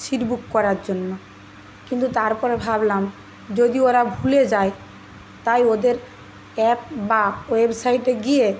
seat book করার জন্য কিন্তু তারপর ভাবলাম যদি ওরা ভুলে যায় তাই ওদের অ্যাপ বা ওয়েবসাইটে গিয়ে